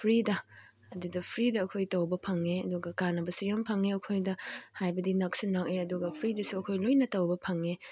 ꯐ꯭ꯔꯤꯗ ꯑꯗꯨꯗ ꯐ꯭ꯔꯤꯗ ꯑꯩꯈꯣꯏ ꯇꯧꯕ ꯐꯪꯉꯦ ꯑꯗꯨꯒ ꯀꯥꯟꯅꯕꯁꯨ ꯌꯥꯝ ꯐꯪꯉꯦ ꯑꯩꯈꯣꯏꯗ ꯍꯥꯏꯕꯗꯤ ꯅꯛꯁꯨ ꯅꯛꯑꯦ ꯑꯗꯨꯒ ꯐ꯭ꯔꯤꯗꯁꯨ ꯑꯩꯈꯣꯏ ꯂꯣꯏꯅ ꯇꯧꯕ ꯐꯪꯉꯦ